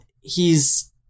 he's-